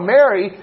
Mary